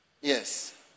Yes